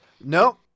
No